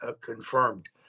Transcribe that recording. confirmed